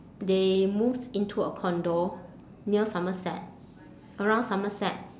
they moved into a condo near somerset around somerset